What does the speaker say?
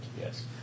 yes